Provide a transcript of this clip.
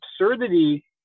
absurdity